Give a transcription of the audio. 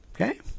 Okay